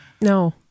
No